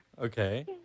Okay